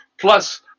Plus